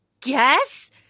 guess